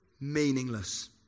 meaningless